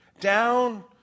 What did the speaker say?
down